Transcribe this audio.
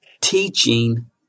teaching